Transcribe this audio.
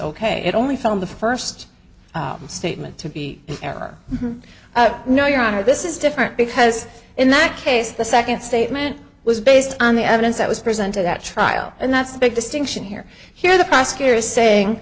ok it only found the first statement to be in error no your honor this is different because in that case the second statement was based on the evidence that was presented at trial and that's the big distinction here here the prosecutor is saying